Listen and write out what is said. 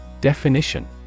definition